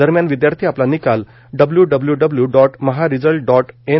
दरम्यान विद्यार्थी आपला निकाल W W W dot Maha result dot N